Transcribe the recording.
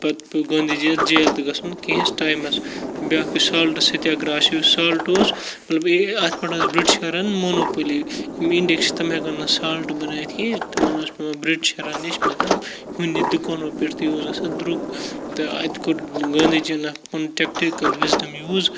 پَتہٕ پیوٚو گاندھی جی یَس جیل تہٕ گَژھُن کیٚنٛہہ ہَس ٹایمَس تہٕ بیٛاکھ یُس سالٹ سٔتیا گھرٛاہَس یُس سالٹ اوس مطلب اَتھ پٮ۪ٹھ ٲس بِرٛٹِش کَران مونوپٔلی یِم اِنٛڈہِکۍ چھِ تِم ہٮ۪کَن نَہ سالٹ بَنٲیِتھ کیٚنٛہہ تِمَن اوس پٮ۪وان بِرٛٹشَرَن نِش مطلب یہِ دُکانو پٮ۪ٹھ تہِ اوس گَژھان درٛوٚگ تہٕ اَتہِ کوٚر گاندھی جی یَن اَکھ پَنُن ٹٮ۪کٹیکَل وِزڈَم یوٗز